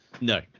no